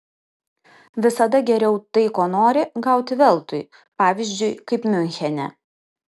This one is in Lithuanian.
visada geriau tai ko nori gauti veltui pavyzdžiui kaip miunchene